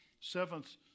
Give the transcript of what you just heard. seventh